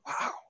wow